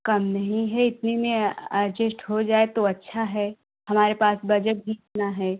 कम नहीं है इतने में अड्जेस्ट हो जाए तो अच्छा है हमारे पास बजट भी इतना है